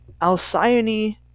Alcyone